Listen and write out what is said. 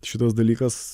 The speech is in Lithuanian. šitas dalykas